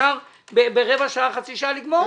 אפשר ברבע שעה, חצי שעה לגמור את זה.